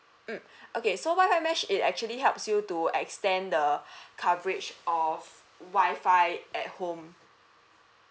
mm okay so WI-FI mesh it actually helps you to extend the coverage of WI-FI at home